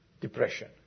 depression